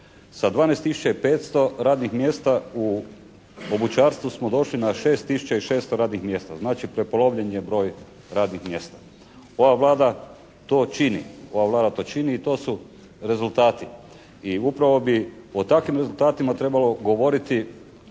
i 500 radnih mjesta u obućarstvu smo došli na 6 tisuća i 600 radnih mjesta, znači prepolovljen je broj radnih mjesta. Ova Vlada to čini, ova Vlada to čini i to su rezultati. I upravo bi o takvim rezultatima trebalo govoriti